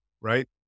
right